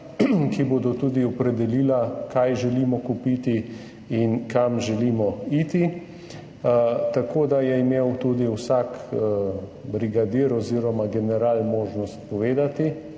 bo tudi opredelila, kaj želimo kupiti in kam želimo iti. Tako da je imel tudi vsak brigadir oziroma general možnost povedati,